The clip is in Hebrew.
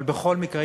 אבל בכל מקרה,